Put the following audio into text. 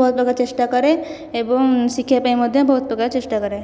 ବହୁତ ପ୍ରକାର ଚେଷ୍ଟା କରେ ଏବଂ ଶିଖିବା ପାଇଁ ମଧ୍ୟ ବହୁତ ପ୍ରକାର ଚେଷ୍ଟା କରେ